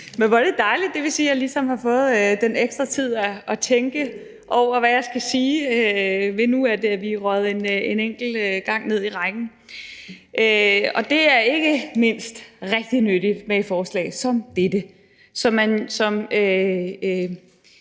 at jeg ligesom har fået den ekstra tid til at tænke over, hvad jeg skal sige, ved at vi nu er røget en enkelt plads ned i rækken. Og det er ikke mindst rigtig nyttigt med et forslag som dette,